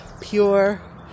pure